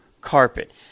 carpet